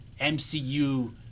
MCU